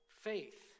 faith